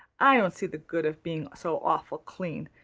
i don't see the good of being so awful clean.